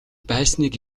байсныг